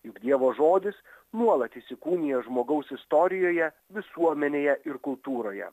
juk dievo žodis nuolat įsikūnija žmogaus istorijoje visuomenėje ir kultūroje